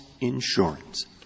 insurance